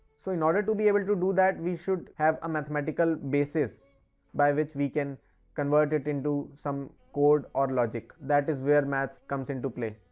so in order to be able to do that, we should have a mathematical basis by which we can convert it into some code or logic, that is where maths comes into play.